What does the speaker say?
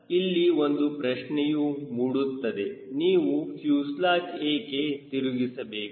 ಆದ್ದರಿಂದ ಇಲ್ಲಿ ಒಂದು ಪ್ರಶ್ನೆಯೂ ಮೂಡುತ್ತದೆ ನೀವು ಫ್ಯೂಸೆಲಾಜ್ ಏಕೆ ತಿರುಗಿಸಬೇಕು